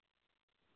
हूँ